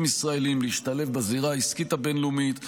ישראליים להשתלב בזירה העסקית הבין-לאומית,